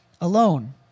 alone